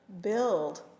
build